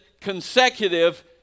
consecutive